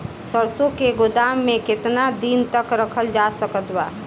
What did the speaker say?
सरसों के गोदाम में केतना दिन तक रखल जा सकत बा?